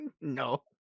No